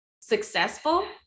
successful